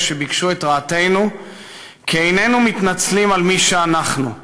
שביקשו את רעתנו כי איננו מתנצלים על מי שאנחנו,